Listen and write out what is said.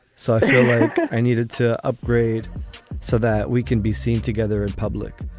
so i feel like i needed to upgrade so that we can be seen together in public.